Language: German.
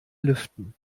lüften